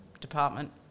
department